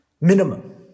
Minimum